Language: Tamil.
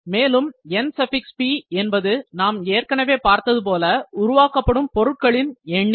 மேலும் Np என்பது நாம் ஏற்கனவே பார்த்தது போல உருவாக்கப்படும் பொருட்களின் எண்ணிக்கை